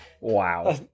Wow